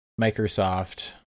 Microsoft